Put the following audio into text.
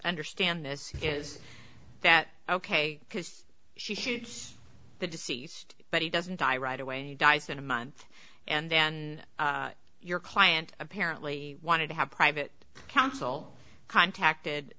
understand this is that ok because she shoots the deceased but he doesn't die right away and he dies in a month and then your client apparently wanted to have private counsel contacted